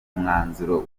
umwanzuro